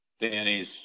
Danny's